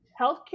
healthcare